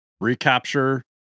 recapture